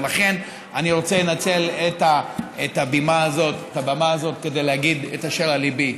לכן אני רוצה לנצל את הבמה הזאת כדי להגיד את אשר על ליבי.